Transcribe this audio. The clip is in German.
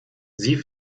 sie